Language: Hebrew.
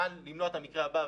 למנוע את המקרה הבא.